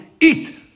eat